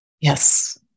Yes